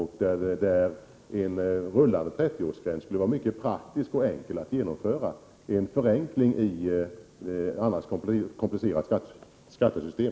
Det borde vara en rullande 30-årsgräns. Den skulle vara. mycket enkel och praktisk att genomföra, en förenkling i ett annars komplicerat skattesystem.